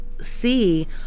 see